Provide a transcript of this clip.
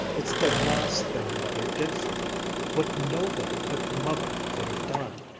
it's the last thing mother did for me what nobody but mother could have done.